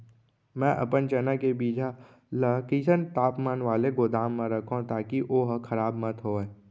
मैं अपन चना के बीजहा ल कइसन तापमान वाले गोदाम म रखव ताकि ओहा खराब मत होवय?